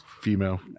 female